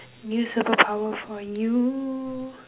new superpower for you